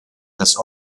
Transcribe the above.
das